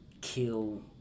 kill